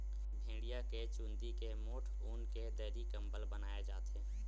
भेड़िया के चूंदी के मोठ ऊन के दरी, कंबल बनाए जाथे